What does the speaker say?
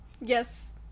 Yes